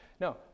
No